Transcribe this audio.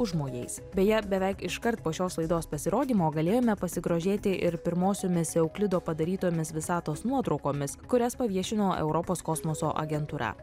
užmojais beje beveik iškart po šios laidos pasirodymo galėjome pasigrožėti ir pirmosiomis euklido padarytomis visatos nuotraukomis kurias paviešino europos kosmoso agentūra